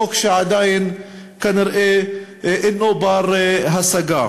חוק שעדיין כנראה אינו בר-השגה.